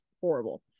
horrible